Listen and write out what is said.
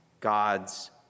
God's